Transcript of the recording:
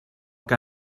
que